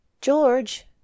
George